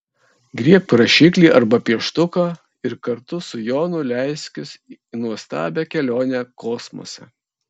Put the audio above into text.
griebk rašiklį arba pieštuką ir kartu su jonu leiskis į nuostabią kelionę kosmose